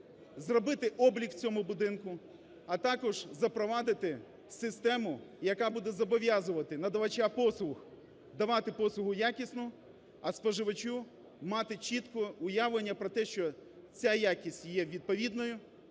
зробити облік в цьому будинку, а також запровадити систему, яка буде зобов'язувати надавача послуг давати послугу якісну, а споживачу мати чітке уявлення про те, що ця якість є відповідною